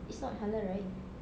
it's not halal right